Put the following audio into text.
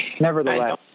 Nevertheless